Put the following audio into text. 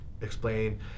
explain